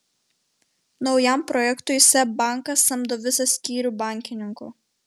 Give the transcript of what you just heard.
naujam projektui seb bankas samdo visą skyrių bankininkų